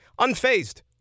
Unfazed